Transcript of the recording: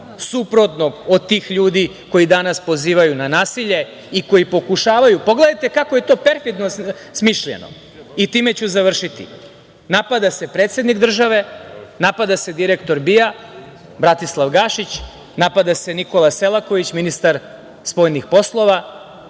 suprotnog od tih ljudi koji danas pozivaju na nasilje i koji pokušavaju… Pogledajte kako je to perfidno smišljeno i time ću završiti. Napada se predsednik države, napada se direktor BIA-e Bratislav Gašić, napada se Nikola Selaković, ministar spoljnih poslova,